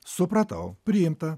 supratau priimta